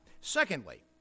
Secondly